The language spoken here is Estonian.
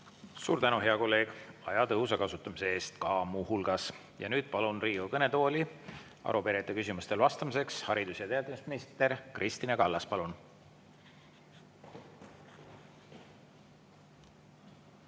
Suur tänu, hea kolleeg, aja tõhusa kasutamise eest ka muu hulgas! Ja nüüd palun Riigikogu kõnetooli arupärijate küsimustele vastamiseks haridus‑ ja teadusminister Kristina Kallase. Palun!